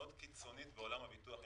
מאוד קיצונית בעולם הביטוח.